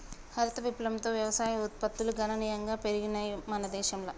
హరిత విప్లవంతో వ్యవసాయ ఉత్పత్తులు గణనీయంగా పెరిగినయ్ మన దేశంల